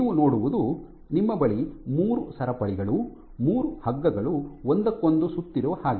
ನೀವು ನೋಡುವುದು ನಿಮ್ಮ ಬಳಿ ಮೂರು ಸರಪಳಿಗಳು ಮೂರು ಹಗ್ಗಗಳು ಒಂದಕ್ಕೊಂದು ಸುತ್ತಿರುವ ಹಾಗೆ